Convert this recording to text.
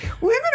women